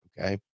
Okay